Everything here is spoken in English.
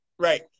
Right